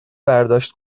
برداشت